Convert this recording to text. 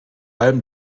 allem